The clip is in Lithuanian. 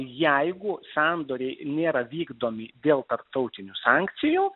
jeigu sandoriai nėra vykdomi dėl tarptautinių sankcijų